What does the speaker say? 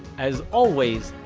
as always,